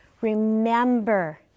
remember